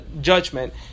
judgment